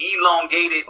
elongated